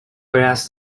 whereas